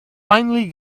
finally